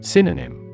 Synonym